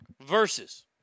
Versus